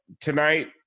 tonight